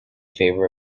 favour